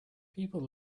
people